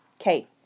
Okay